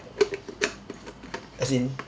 as in